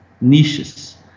niches